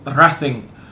Racing